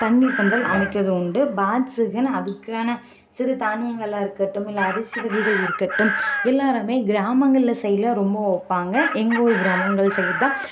தண்ணிர் பந்தல் அமைக்கிறது உண்டு பேர்ட்ஸ்ஸுக்குன்னு அதுக்கான சிறு தானியங்களா இருக்கட்டும் இல்லை அரிசி வகைகள் இருக்கட்டும் எல்லாருமே கிராமங்களில் சைடுல ரொம்ப வைப்பாங்க எங்கள் ஊர் கிராமங்கள் சைடு தான்